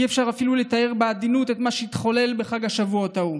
אי-אפשר אפילו לתאר בעדינות את מה שהתחולל בחג השבועות ההוא.